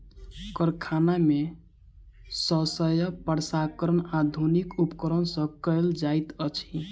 कारखाना में शस्य प्रसंस्करण आधुनिक उपकरण सॅ कयल जाइत अछि